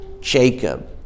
Jacob